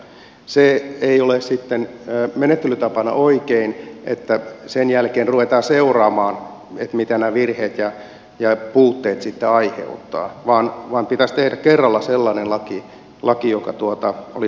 se ei ole menettelytapana oikein että sen jälkeen ruvetaan seuraamaan mitä nämä virheet ja puutteet sitten aiheuttavat vaan pitäisi tehdä kerralla sellainen laki joka olisi toimiva